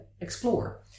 explore